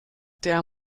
der